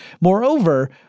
Moreover